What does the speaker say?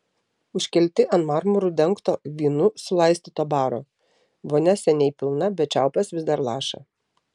užkelti ant marmuru dengto vynu sulaistyto baro vonia seniai pilna bet čiaupas vis dar laša